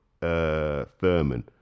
Thurman